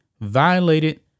violated